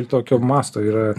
ir tokio masto yra